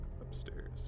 upstairs